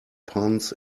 puns